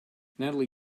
natalie